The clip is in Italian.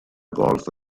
golf